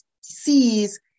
sees